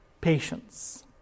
patience